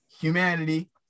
humanity